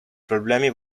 problemi